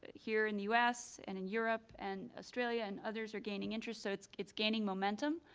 here in the u s. and in europe, and australia and others are gaining interest, so it's it's gaining momentum.